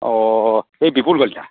অ এই বিপুল কলিতা